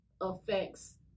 affects